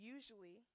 Usually